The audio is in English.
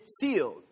sealed